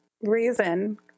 reason